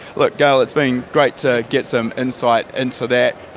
look gale it's been great to get some insight into that,